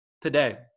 today